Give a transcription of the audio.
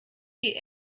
die